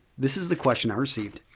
this is the question i received.